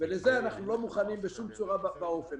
לזה אנחנו לא מוכנים בשום צורה ואופן.